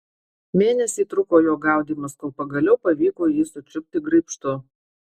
mėnesį truko jo gaudymas kol pagaliau pavyko jį sučiupti graibštu